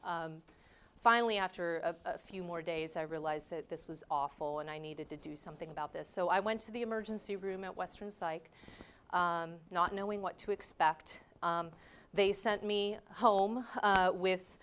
and finally after a few more days i realized that this was awful and i needed to do something about this so i went to the emergency room at western psych not knowing what to expect they sent me home with